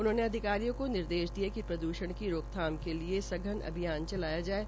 उन्होने अधिकारियों को निर्देश दिये कि प्रद्षण की रोकथाम के लिए सघन अभियान चलाया जाये